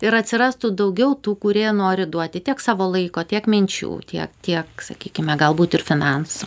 ir atsirastų daugiau tų kurie nori duoti tiek savo laiko tiek minčių tiek tiek sakykime galbūt ir finansų